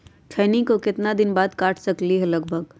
खैनी को कितना दिन बाद काट सकलिये है लगभग?